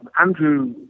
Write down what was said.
Andrew